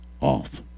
off